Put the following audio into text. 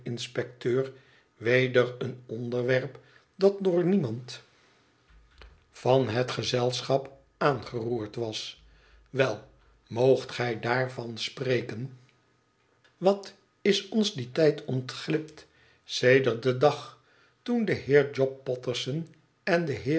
weder een onderwerp dat door niemand van het gezelschap aangeroerd was wèl moogt gij daarvan spreken wat is ons die tijd ontglipt sedert den dag toen de heer job polterson en de heer